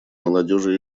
молодежи